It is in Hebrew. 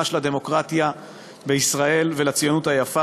של הדמוקרטיה בישראל ולציונות היפה,